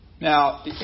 Now